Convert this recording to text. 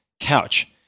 couch